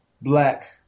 black